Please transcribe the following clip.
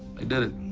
they did it.